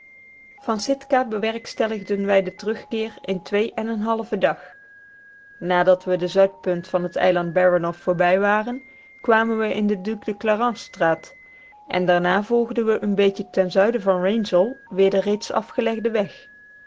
van sitka bewerkstelligden wij den terugkeer in twee en een halven dag nadat we de zuidpunt van het eiland baranoff voorbij waren kwamen we in de duc de clarence straat en daarna volgden we een beetje ten zuiden van wrangell weer den reeds afgelegden weg